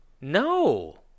no